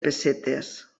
pessetes